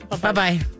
Bye-bye